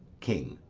king.